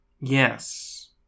Yes